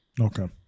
Okay